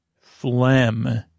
phlegm